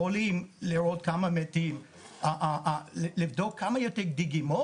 כמה מתים, לבדוק כמה דגימות.